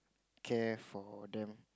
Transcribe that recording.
care for them